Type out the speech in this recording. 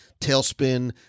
Tailspin